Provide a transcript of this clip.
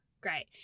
great